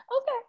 okay